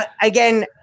again